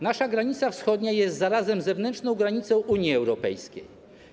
Nasza granica wschodnia jest zarazem zewnętrzną granicą Unii Europejskiej.